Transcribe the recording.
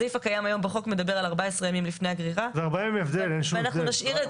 הסעיף הקיים היום בחוק מדבר על 14 ימים לפני הגרירה ואנחנו נשאיר את זה.